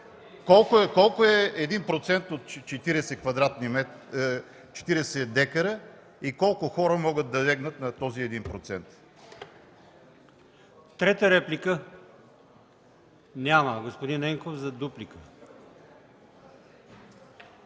колко е 1% от 40 декара и колко хора могат да легнат на този 1%?